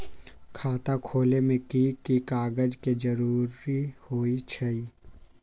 खाता खोले में कि की कागज के जरूरी होई छइ?